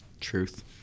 Truth